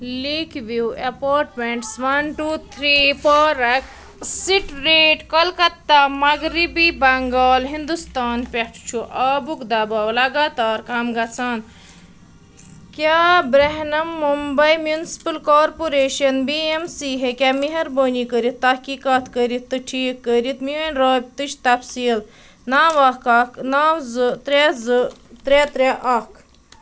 lake view apartments one two three park street Kolkata مغربی بنگال ہندوستان پیٹھ چھُ آبُک دباو لگاتار کم گژھان کیٛاہ Brihanmumbai municipal corporation B M C ہیٚکیٛا مہربٲنی کٔرتھ تحقیقات کٔرتھ تہٕ ٹھیک کٔرتھ میٲنۍ رٲبطٕچ تفصیٖل نو اکھ اکھ نو زٕ ترے زٕ ترے ترے اکھ